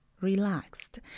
relaxed